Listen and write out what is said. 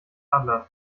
anders